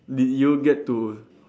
did you get to